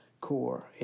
core